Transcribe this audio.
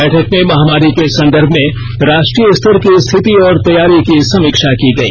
बैठक में महामारी के संदर्भ में राष्ट्रीय स्तर की स्थिति और तैयारी की समीक्षा की गई